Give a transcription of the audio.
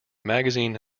magazine